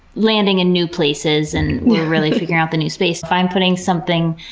landing in new places, and we're really figuring out the new space. if i'm putting something